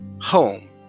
Home